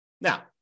Now